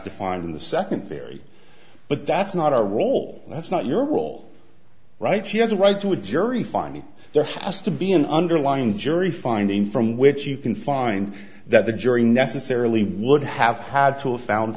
defined in the second theory but that's not a role that's not your role right she has a right to a jury finding there has to be an underlying jury finding from which you can find that the jury necessarily would have had to have found